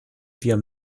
wir